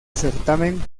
certamen